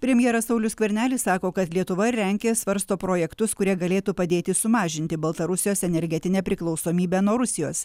premjeras saulius skvernelis sako kad lietuva ir lenkija svarsto projektus kurie galėtų padėti sumažinti baltarusijos energetinę priklausomybę nuo rusijos